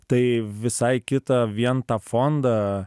tai visai kita vien tą fondą